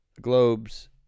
Globes